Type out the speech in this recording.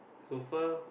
so far